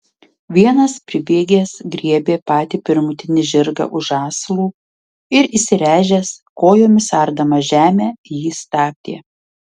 vienas pribėgęs griebė patį pirmutinį žirgą už žąslų ir įsiręžęs kojomis ardamas žemę jį stabdė